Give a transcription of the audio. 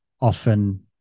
often